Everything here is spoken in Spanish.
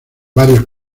varios